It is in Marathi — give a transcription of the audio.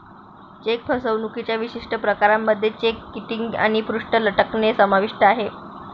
चेक फसवणुकीच्या विशिष्ट प्रकारांमध्ये चेक किटिंग आणि पृष्ठ लटकणे समाविष्ट आहे